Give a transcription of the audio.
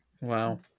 Wow